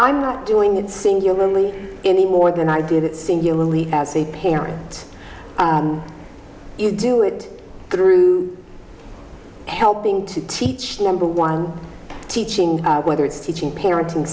i'm not doing it singularly any more than i did it singularly as a parent you do it through helping to teach number one teaching whether it's teaching parenting